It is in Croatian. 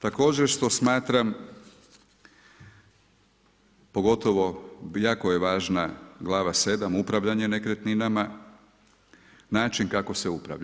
Također što smatram pogotovo jako je važna glava 7 upravljanje nekretninama, način kako se upravlja.